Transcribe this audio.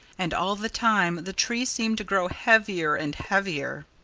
and all the time the tree seemed to grow heavier and heavier.